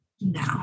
no